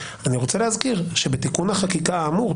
אני רוצה להזכיר שבתיקון החקיקה האמור,